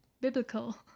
biblical